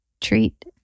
treat